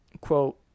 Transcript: quote